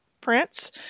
prints